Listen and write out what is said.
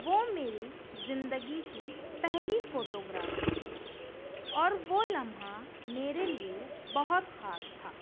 وہ میری زندگی کی پہلی فوٹوگرافی تھی اور وہ لمحہ میرے لیے بہت خاص تھا